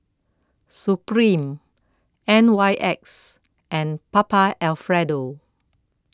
Supreme N Y X and Papa Alfredo